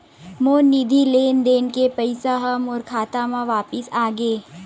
मोर निधि लेन देन के पैसा हा मोर खाता मा वापिस आ गे